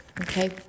okay